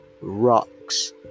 Rocks